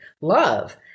love